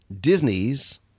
Disney's